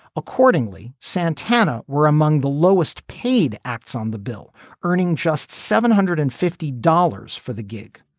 accordingly santana were among the lowest paid acts on the bill earning just seven hundred and fifty dollars for the gig.